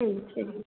ம் சரிங்க